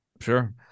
Sure